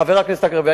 חבר הכנסת אגבאריה,